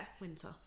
winter